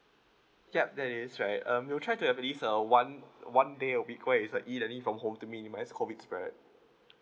yup that is right um we'll try to have this uh one uh one day a week because it's E learning from home to minimise COVID spread